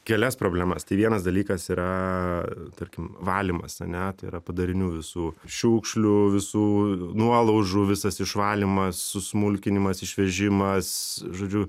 kelias problemas tai vienas dalykas yra tarkim valymas ane tai yra padarinių visų šiukšlių visų nuolaužų visas išvalymas susmulkinimas išvežimas žodžiu